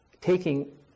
taking